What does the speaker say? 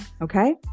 Okay